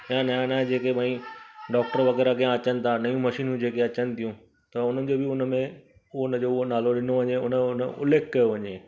या नया नया जेके भाई डॉक्टर वगै़रह अचनि था या नयूं मशीनूं जेके अचनि थियूं त उन्हनि जो बि उनमें उहो उनजो नालो ॾिनो वञे या उन जो उन जो उल्लेख कयो वञे